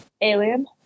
Alien